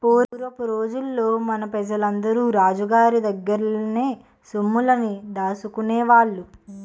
పూరపు రోజుల్లో మన పెజలందరూ రాజు గోరి దగ్గర్నే సొమ్ముల్ని దాసుకునేవాళ్ళు